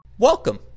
Welcome